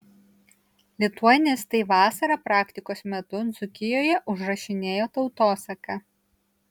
lituanistai vasarą praktikos metu dzūkijoje užrašinėjo tautosaką